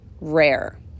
rare